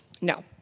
No